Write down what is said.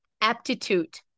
aptitude